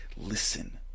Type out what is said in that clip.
listen